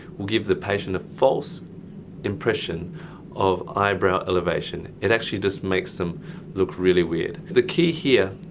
will give the patient a false impression of eyebrow elevation. it actually just makes them look really weird. the key here,